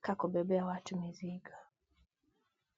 ka kubebea watu mizigo.